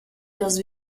los